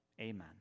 Amen